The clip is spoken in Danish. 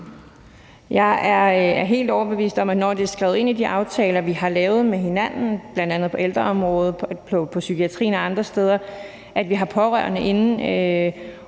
Jeg er helt overbevist om, at når det er skrevet ind i de aftaler, vi har lavet med hinanden, bl.a. på ældreområdet, i forbindelse med psykiatrien og andre steder, altså at når vi har pårørende til